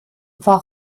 war